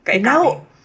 no